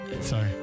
Sorry